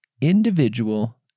individual